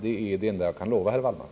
Det är det enda jag kan lova herr Wallmark.